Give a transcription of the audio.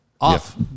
off